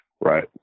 Right